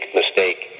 mistake